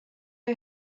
who